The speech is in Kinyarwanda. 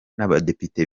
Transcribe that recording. n’abadepite